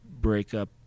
breakup